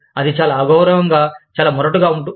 అది చాలా అగౌరవంగా చాలా మొరటుగా మారుతుంది